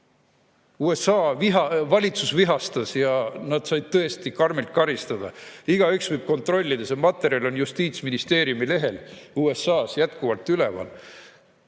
USA valitsus vihastas ja nad said tõesti karmilt karistada. Igaüks võib kontrollida, see materjal on USA justiitsministeeriumi lehel jätkuvalt üleval.